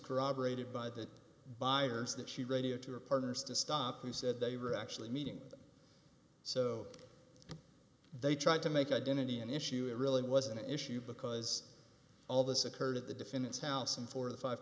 corroborated by the buyers that she radio two were partners to stop who said they were actually meeting so they tried to make identity an issue it really wasn't an issue because all this occurred at the defendant's house and for the five